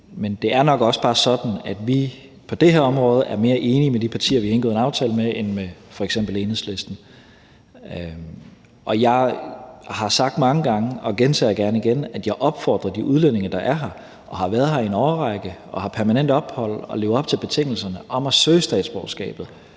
Men det er nok også bare sådan, at vi på det her område er mere enige med de partier, vi har indgået en aftale med, end med f.eks. Enhedslisten. Jeg har sagt mange gange og gentager gerne igen, at jeg opfordrer de udlændinge, der er her og har været her i en årrække og har permanent ophold og lever op til betingelserne, til at søge statsborgerskabet,